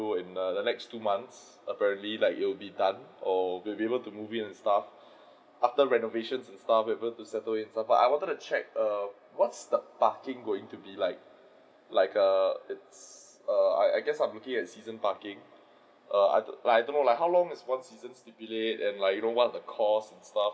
in the next two months apparently like it'll be done or we'll able to move in and stuff after renovations and stuff we'll be to settle in but I wanted to check err what's the parking going to be like like err is err I I guess I'm looking at season parking err like I don't know lah like how long is one season stipulate and what is the cost and stuff